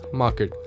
market